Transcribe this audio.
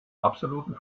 absoluten